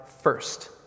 first